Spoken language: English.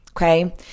Okay